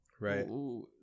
right